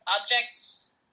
Objects